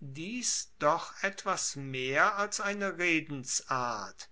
dies doch etwas mehr als eine redensart